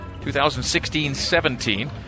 2016-17